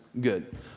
good